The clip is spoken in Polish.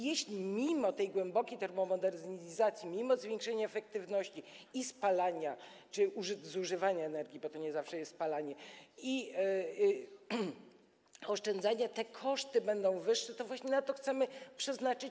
Jeśli mimo tej głębokiej termomodernizacji, mimo zwiększenia efektywności spalania czy zużywania energii, bo to nie zawsze jest spalanie, i oszczędzania te koszty będą wyższe, to właśnie na to chcemy przeznaczyć.